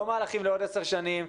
לא מהלכים לעוד עשר שנים,